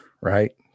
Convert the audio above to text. right